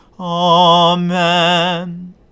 Amen